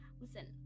listen